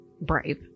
brave